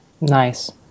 Nice